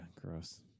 gross